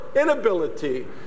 inability